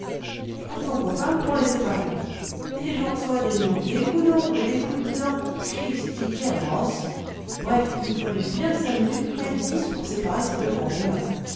je cours donc aux femmes pour les séparer et j'en reçois des gnons des coups d'ongles et des coups de dents cristi quelles rosses bref il me fallut bien cinq minutes peut-être dix pour séparer ces deux crampons là